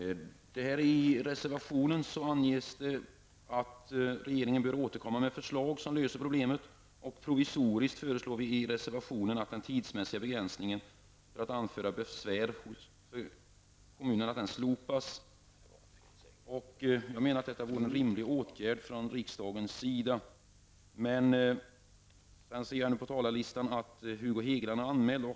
I reservationen anges att regeringen borde återkomma med ett förslag som löser problemet. Vi föreslår i reservationen, som en provisorisk åtgärd, att den tidsmässiga begränsningen för att anföra besvär för kommunen skall slopas. Jag menar att det är en rimlig åtgärd från riksdagens sida. Jag ser på talarlistan att Hugo Hegeland är anmäld.